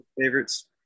favorites